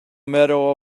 medal